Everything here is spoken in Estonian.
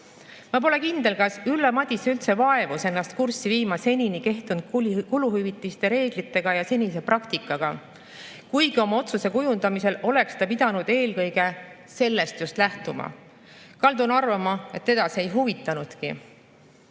Ma pole kindel, kas Ülle Madise üldse vaevus ennast kurssi viima senini kehtinud kuluhüvitiste reeglitega ja senise praktikaga, kuigi oma otsuse kujundamisel oleks ta pidanud eelkõige sellest lähtuma. Kaldun arvama, et teda see ei huvitanudki.